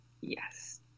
Yes